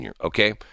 Okay